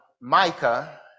Micah